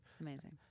Amazing